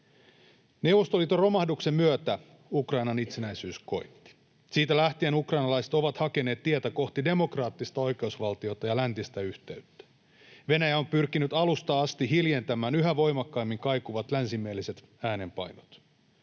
Neuvostoliiton romahduksen myötä Ukrainan itsenäisyys koitti. Siitä lähtien ukrainalaiset ovat hakeneet tietä kohti demokraattista oikeusvaltiota ja läntistä yhteyttä. Venäjä on pyrkinyt alusta asti hiljentämään yhä voimakkaammin kaikuvat länsimieliset äänenpainot.